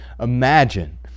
Imagine